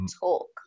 talk